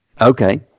Okay